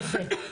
יפה.